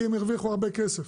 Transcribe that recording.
כי הם הרוויחו הרבה כסף,